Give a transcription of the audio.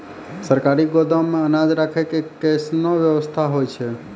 सरकारी गोदाम मे अनाज राखै के कैसनौ वयवस्था होय छै?